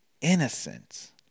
innocent